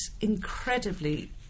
incredibly